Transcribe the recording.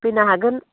फैनो हागोन